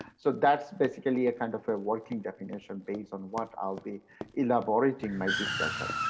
so that's basically a kind of a working definition based on what i'll be elaborating my discussion.